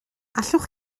allwch